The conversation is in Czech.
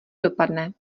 dopadne